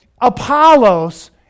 Apollos